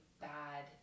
bad